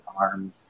arms